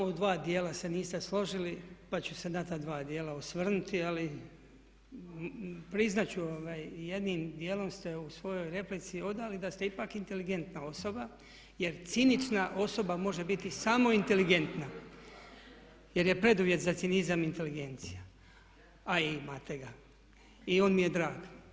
Samo u dva dijela se nismo složili pa ću se na ta dva djela osvrnuti ali priznat ću ovaj jednim djelom ste u svojoj replici odali da ste ipak inteligentna osoba jer cinična osoba može biti samo inteligentna jer je preduvjet za cinizam inteligencija a imate ga i on mi je drag.